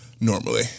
normally